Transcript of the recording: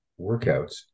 workouts